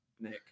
Nick